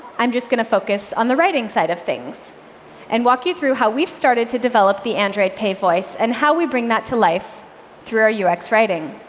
i'm just going to focus on the writing side of things and walk you through how we've started to develop the android pay voice and how we bring that to life through our ux writing.